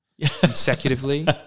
consecutively